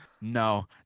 No